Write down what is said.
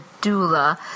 doula